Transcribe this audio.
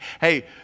hey